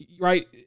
right